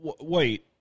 Wait